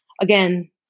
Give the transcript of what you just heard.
again